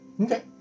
Okay